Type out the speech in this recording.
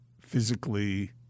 physically